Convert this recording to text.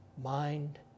mind